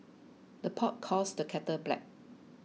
the pot calls the kettle black